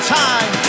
time